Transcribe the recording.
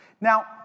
Now